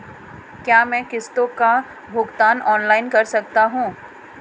क्या मैं किश्तों का भुगतान ऑनलाइन कर सकता हूँ?